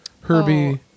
Herbie